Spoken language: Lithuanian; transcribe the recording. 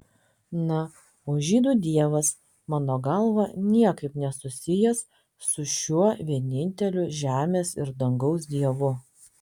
na o žydų dievas mano galva niekaip nesusijęs su šiuo vieninteliu žemės ir dangaus dievu